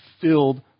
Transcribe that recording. filled